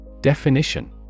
Definition